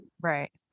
Right